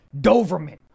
Doverman